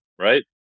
right